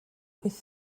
with